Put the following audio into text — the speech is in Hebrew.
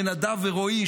לנדב ורועי,